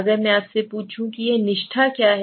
अगर मैं आपसे पूछूं कि यह निष्ठा क्या है